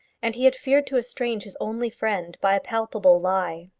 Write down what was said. and he had feared to estrange his only friend by a palpable lie.